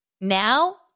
Now